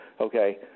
okay